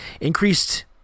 increased